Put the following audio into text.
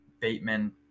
Bateman